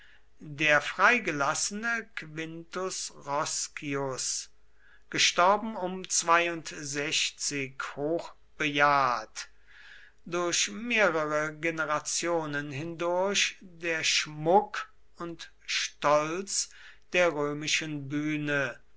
der freigelassene quintus roscius durch mehrere generationen hindurch der schmuck und stolz der römischen bühne